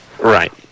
Right